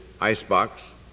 icebox